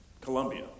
Colombia